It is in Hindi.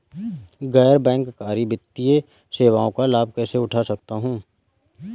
गैर बैंककारी वित्तीय सेवाओं का लाभ कैसे उठा सकता हूँ?